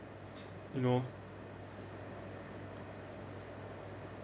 you know